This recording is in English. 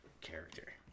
character